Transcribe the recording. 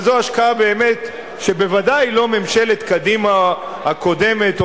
וזו השקעה שבוודאי לא ממשלת קדימה הקודמת או